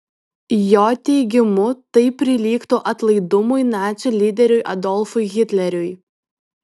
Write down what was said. jo teigimu tai prilygtų atlaidumui nacių lyderiui adolfui hitleriui